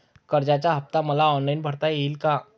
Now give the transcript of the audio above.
कर्जाचा हफ्ता मला ऑनलाईन भरता येईल का?